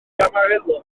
amarillo